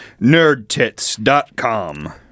nerdtits.com